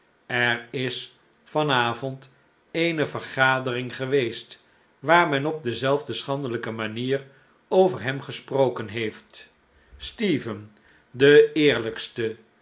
er is van avond eene vergadering geweest waar men op dezelfde schandelijke manier over hem gesproken heeft stephen de eerlijkste